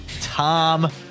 Tom